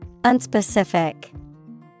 unspecific